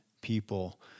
people